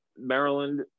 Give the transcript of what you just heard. Maryland